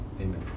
Amen